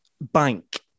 bank